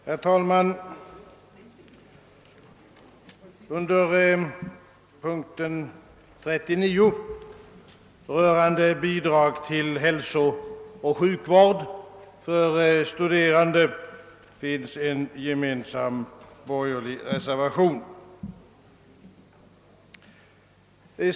Herr talman! Under punkten 39 rörande bidrag till hälsooch sjukvård för studerande finns en gemensam borgerlig reservation.